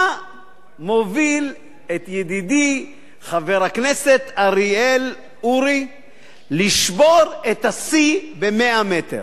מה מוביל את ידידי חבר הכנסת אריאל אורי לשבור את השיא ב-100 מטר?